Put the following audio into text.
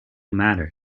matter